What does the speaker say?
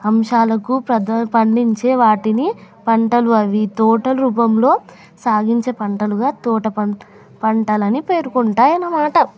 అంశాలకు పెద్దవి పండించే వాటిని పంటలు అవి తోట రూపంలో సాగించే పంటలుగా తోట పంట పంటలని పేర్కొంటాయి అన్నమాట